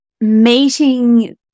meeting